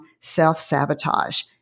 self-sabotage